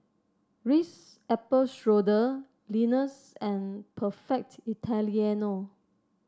Ritz Apple Strudel Lenas and Perfect Italiano